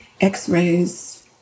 x-rays